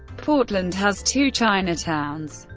portland has two chinatowns,